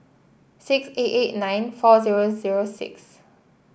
six eight eight nine four zero zero six